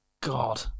God